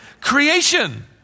creation